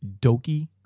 Doki